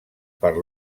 per